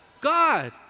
God